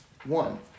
one